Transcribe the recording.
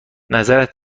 نظرت